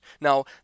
Now